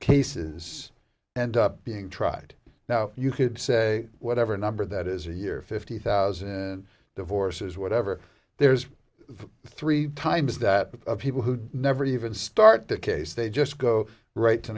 cases end up being tried now you could say whatever number that is a year fifty thousand divorces whatever there's three times that people who never even start the case they just go right to